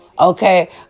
Okay